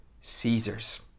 Caesar's